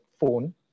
phone